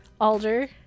Alder